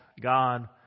God